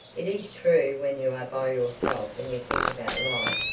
it is true when you are by yourself and you think about life,